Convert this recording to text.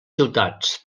ciutats